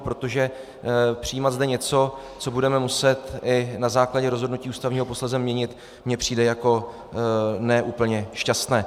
Protože přijímat zde něco, co budeme muset i na základě rozhodnutí Ústavního soudu posléze měnit, mi přijde jako ne úplně šťastné.